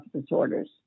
disorders